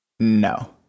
No